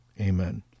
Amen